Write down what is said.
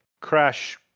crash